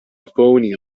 phoney